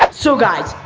but so guys,